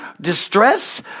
distress